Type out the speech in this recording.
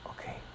okay